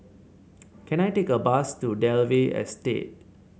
can I take a bus to Dalvey Estate